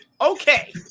Okay